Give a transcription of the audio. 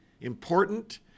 important